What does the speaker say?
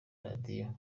radiyo